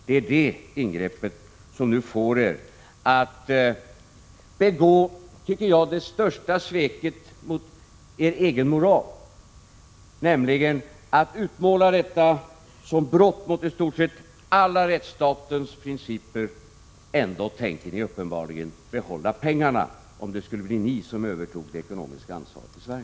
Det är detta ingrepp som nu får er att begå det största sveket mot er egen moral, nämligen att utmåla detta som ett brott mot i stort sett alla rättsstatens principer — och ändå tänker ni uppenbarligen behålla pengarna, om det skulle bli ni som övertog det ekonomiska ansvaret i Sverige.